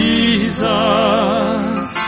Jesus